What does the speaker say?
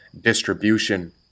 Distribution